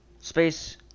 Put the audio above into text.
Space